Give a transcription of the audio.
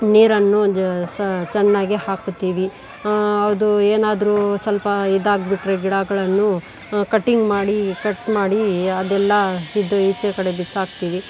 ನೀರನ್ನು ಜ ಸ ಚೆನ್ನಾಗಿ ಹಾಕುತ್ತೀವಿ ಅದು ಏನಾದ್ರೂ ಸ್ವಲ್ಪ ಇದಾಗಿಬಿಟ್ರೆ ಗಿಡಗಳನ್ನು ಕಟಿಂಗ್ ಮಾಡಿ ಕಟ್ ಮಾಡಿ ಅದೆಲ್ಲ ಇದು ಈಚೆ ಕಡೆ ಬಿಸಾಕ್ತೀವಿ